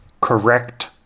correct